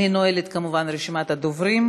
אני נועלת, כמובן, את רשימת הדוברים.